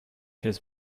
his